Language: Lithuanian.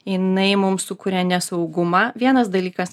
jinai mum sukuria nesaugumą vienas dalykas